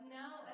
now